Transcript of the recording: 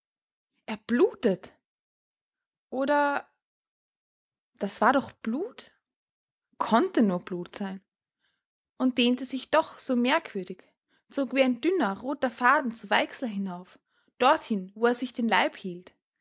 er blutet oder das war doch blut konnte nur blut sein und dehnte sich doch so merkwürdig zog wie ein dünner roter faden zu weixler hinauf dorthin wo er sich den leib hielt